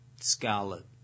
Scarlet